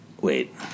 Wait